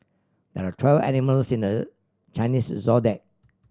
there are twelve animals in the Chinese Zodiac